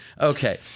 Okay